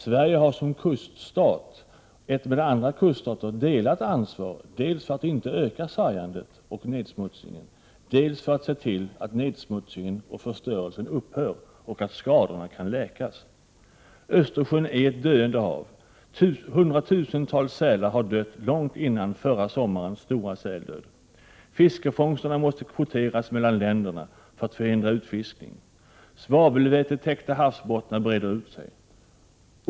Sverige har som kuststat ett med andra kuststater delat ansvar, dels för att inte öka sargandet och nedsmutsningen, dels för att se till att nedsmutsningen och förstörelsen upphör och att skadorna kan läkas. Östersjön är ett döende hav. Hundratusentals sälar har dött, långt innan förra sommarens stora säldöd. Fiskefångsterna måste kvoteras mellan länderna för att förhindra utfiskning. Svavelvätetäckta havsbottnar breder ut sig.